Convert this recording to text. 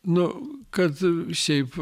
nu kad šiaip